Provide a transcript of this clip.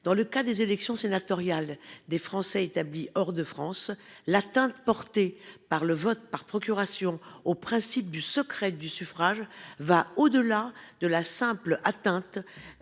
Dans le cas des élections sénatoriales des Français établis hors de France, l'atteinte que porte le vote par procuration au principe de secret du suffrage est plus que légitime et